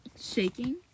shaking